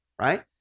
right